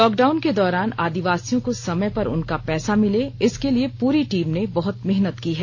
lockdown के दौरान आदिवासियों को समय पर उनका पैसा मिले इसके लिए पूरी टीम ने बहुत मेहनत की है